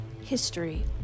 history